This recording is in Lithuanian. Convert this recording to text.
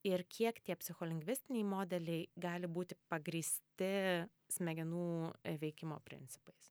ir kiek tie psicholingvistiniai modeliai gali būti pagrįsti smegenų veikimo principais